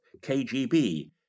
KGB